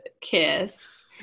kiss